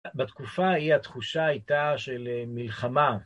בתקופה ההיא התחושה הייתה של מלחמה.